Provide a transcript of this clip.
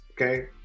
okay